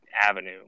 avenue